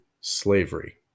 slavery